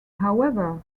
however